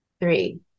three